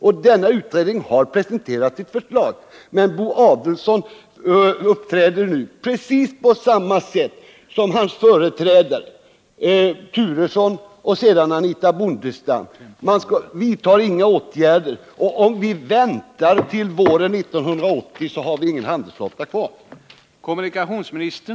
Och denna utredning har presenterat ett förslag, men Ulf Adelsohn uppträder nu på precis samma sätt som hans företrädare Bo Turesson och Anitha Bondestam — han vidtar inga åtgärder. Om vi väntar till våren 1980, så har vi ingen handelsflotta kvar.